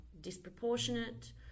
disproportionate